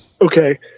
okay